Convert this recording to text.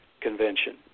convention